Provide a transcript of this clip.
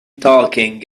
talking